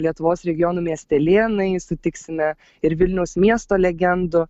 lietuvos regionų miestelėnai sutiksime ir vilniaus miesto legendų